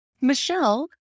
Michelle